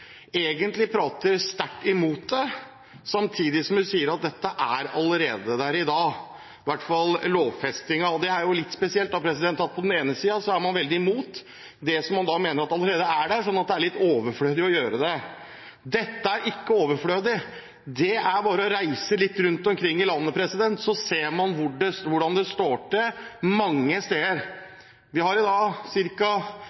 egentlig prater sterkt imot det, samtidig som hun sier at dette allerede er der i dag, i hvert fall lovfestingen. Det er litt spesielt at man er veldig imot det man mener at allerede er der, sånn at det er litt overflødig å gjøre dette. Dette er ikke overflødig. Det er bare å reise litt rundt omkring i landet, så ser man hvordan det står til mange